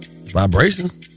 Vibrations